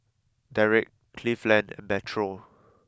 Derrick Cleveland and Metro